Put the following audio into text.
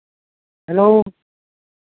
hello